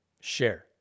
share